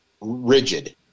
rigid